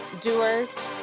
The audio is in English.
doers